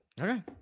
Okay